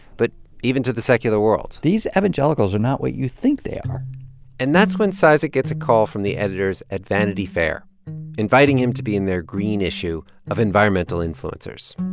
but even to the secular world these evangelicals are not what you think they are and that's when cizik gets a call from the editors at vanity fair inviting him to be in their green issue of environmental influencers.